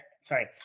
Sorry